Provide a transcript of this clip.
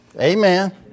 Amen